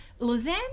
lasagna